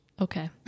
Okay